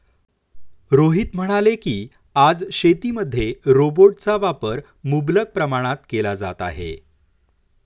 रोहित म्हणाले की, आज शेतीमध्ये रोबोटचा वापर मुबलक प्रमाणात केला जात आहे